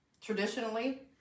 traditionally